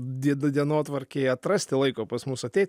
d dienotvarkėje atrasti laiko pas mus ateit